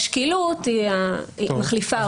השקילות מחליפה אותם.